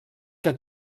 que